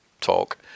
talk